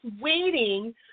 waiting